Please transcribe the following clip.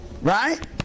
Right